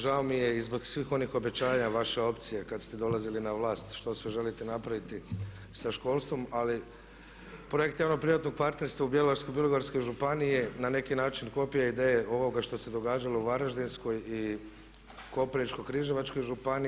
Žao mi je i zbog svih onih obećanja vaše opcije kada ste dolazili na vlast što sve želite napraviti sa školstvom ali projekt javnog privatnog partnerstva u Bjelovarsko-bilogorskoj županiji je na neki način kopija ideje ovoga što se događalo u Varaždinskoj i Koprivničko-križevačkoj županiji.